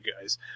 guys